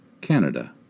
Canada